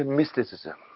mysticism